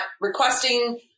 requesting